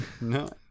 No